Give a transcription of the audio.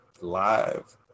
live